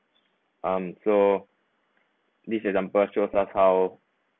um so this example shows us how